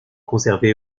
conservée